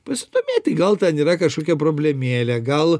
pasidomėti gal ten yra kažkokia problemėlė gal